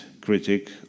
critic